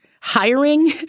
hiring